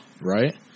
Right